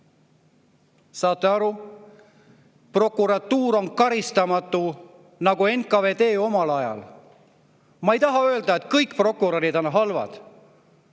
saate aru? Prokuratuur on karistamatu, nagu oli omal ajal NKVD. Ma ei taha öelda, et kõik prokurörid on halvad,